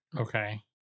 Okay